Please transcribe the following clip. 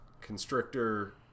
constrictor